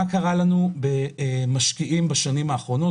מה קרה לנו עם משקיעים בשנים האחרונות?